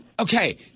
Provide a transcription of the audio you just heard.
Okay